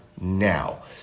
now